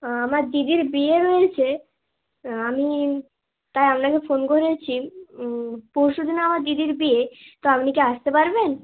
আমার দিদির বিয়ে রয়েছে আমি তাই আপনাকে ফোন করেছি পরশু দিনে আমার দিদির বিয়ে তো আপনি কি আসতে পারবেন